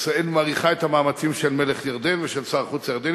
ישראל מעריכה את המאמצים של מלך ירדן ושל שר החוץ הירדני,